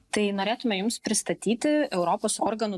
tai norėtume jums pristatyti europos organų